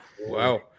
wow